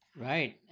Right